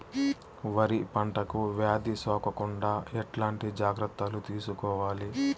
వరి పంటకు వ్యాధి సోకకుండా ఎట్లాంటి జాగ్రత్తలు తీసుకోవాలి?